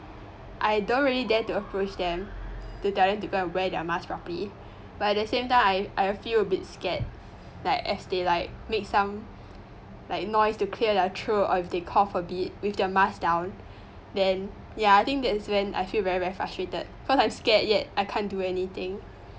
I don't really dare to approach them to tell them to go and wear their mask properly but at the same time I i'll feel a bit scared like as they like make some like noise to clear their throat or they cough a bit with their mask down then ya I think that's when I feel very very frustrated cause i'm scared yet I can't do anything